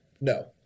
no